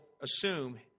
assume